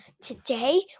Today